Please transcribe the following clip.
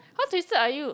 how twisted are you